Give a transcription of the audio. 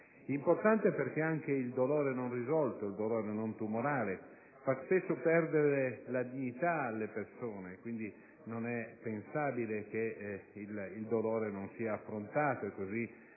importante perché anche il dolore non risolto, il dolore non tumorale, fa spesso perdere la dignità alle persone. Quindi, non è pensabile che il dolore non sia affrontato anche